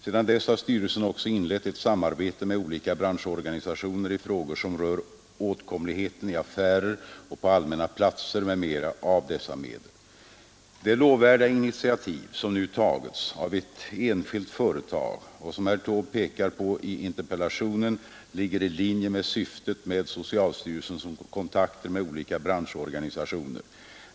Sedan dess har styrelsen också inlett ett samarbete med olika branschorganisationer i frågor som rör åtkomligheten i affärer och på allmänna platser m.m. av dessa medel. Det lovvärda initiativ som nu tagits av ett enskilt företag och som herr Taube pekar på i interpellationen ligger i linje med syftet med socialstyrelsens kontakter med olika branschorganisationer.